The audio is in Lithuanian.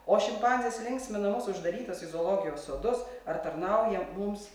o šimpanzės linksmina mus uždarytos į zoologijos sodus ar tarnauja mums